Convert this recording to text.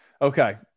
Okay